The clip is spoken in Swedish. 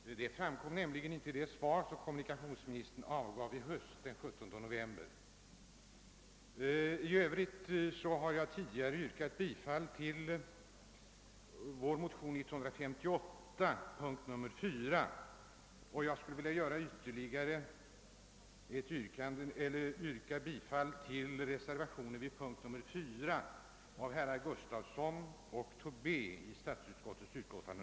Något sådant framkom inte i det interpellationssvar som kommunikationsministern avgav den 17 november förra året. Herr talman! Jag har tidigare yrkat bifall till vår motion II: 158. Jag skulle nu ytterligare vilja yrka bifall till den reservation som vid punkt 4 av herrar Gustafsson i Skellefteå och Tobé har fogats till utskottets utlåtande.